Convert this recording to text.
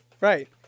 Right